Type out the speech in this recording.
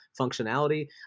functionality